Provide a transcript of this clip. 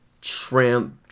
shrimp